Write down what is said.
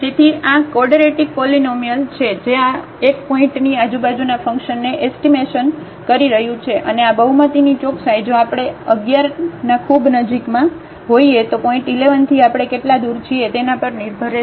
તેથી આ quadratic polynomial છે જે આ 1 પોઇન્ટની આજુબાજુના ફંકશનને એસ્ટીમેશન કરી રહ્યું છે અને આ બહુમતીની ચોકસાઈ જો આપણે 1 1 ના ખૂબ નજીકમાં હોઈએ તો પોઇન્ટ 1 1 થી આપણે કેટલા દૂર છીએ તેના પર નિર્ભર રહેશે